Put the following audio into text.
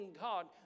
God